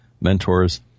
mentors